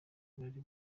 bari